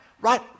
Right